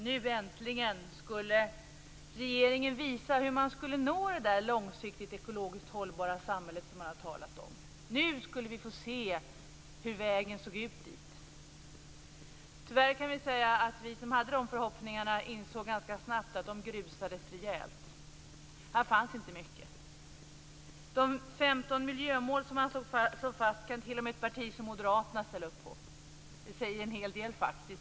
Nu äntligen skulle regeringen visa hur man skulle nå det långsiktigt ekologiskt hållbara samhället som man har talat om. Nu skulle vi få se hur vägen dit såg ut. Vi som hade de förhoppningarna insåg tyvärr ganska snabbt att de grusades rejält. Här fanns inte mycket. De 15 miljömål som man slog fast kan t.o.m. ett parti som Moderaterna ställa upp på. Det säger faktiskt en hel del.